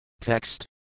Text